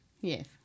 Yes